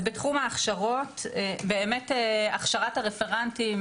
בתחום ההכשרות באמת הכשרת הרפרנטים,